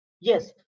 Yes